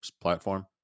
platform